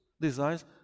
designs